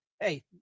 hey